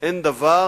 הן דבר